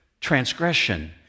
Transgression